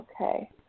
Okay